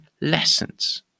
lessons